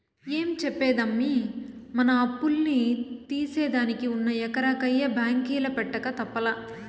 ఏం చెప్పేదమ్మీ, మన అప్పుల్ని తీర్సేదానికి ఉన్న ఎకరా కయ్య బాంకీల పెట్టక తప్పలా